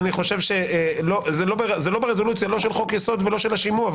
זה לא ברזולוציה לא של חוק יסוד ולא של השימוע.